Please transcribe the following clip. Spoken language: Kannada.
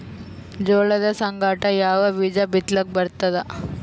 ಜೋಳದ ಸಂಗಾಟ ಯಾವ ಬೀಜಾ ಬಿತಲಿಕ್ಕ ಬರ್ತಾದ?